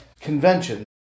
convention